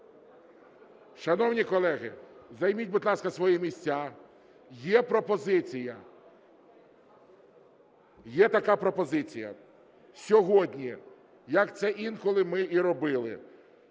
Шановні колеги, займіть, будь ласка, свої місця. Є пропозиція. Є така пропозиція сьогодні, як це інколи ми і робили,